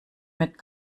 mit